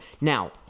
Now